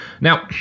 Now